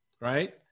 Right